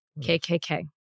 KKK